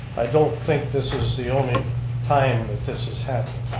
i don't think this is the only time that this has happened.